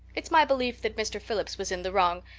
it's my belief that mr. phillips was in the wrong.